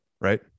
right